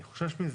אני חושש מזה.